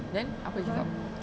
then dia cakap